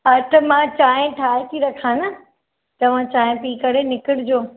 अचो मां चांहि ठाहे ती रखा न तव्हां चांहि पीउ करे निकिरिजो